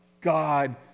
God